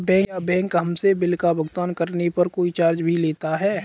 क्या बैंक हमसे बिल का भुगतान करने पर कोई चार्ज भी लेता है?